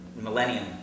millennium